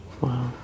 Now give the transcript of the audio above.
wow